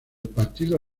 partido